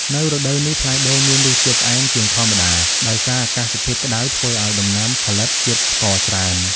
នៅរដូវនេះ ផ្លែដូងមានរសជាតិផ្អែមជាងធម្មតា ដោយសារអាកាសធាតុក្តៅធ្វើឲ្យដំណាំផលិតជាតិស្ករច្រើន។